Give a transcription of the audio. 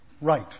right